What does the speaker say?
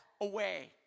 Away